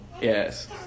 Yes